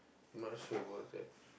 not sure about that